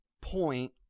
point